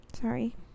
Sorry